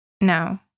No